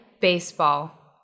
baseball